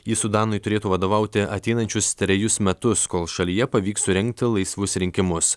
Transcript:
ji sudanui turėtų vadovauti ateinančius trejus metus kol šalyje pavyks surengti laisvus rinkimus